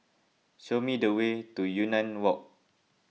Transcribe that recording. show me the way to Yunnan Walk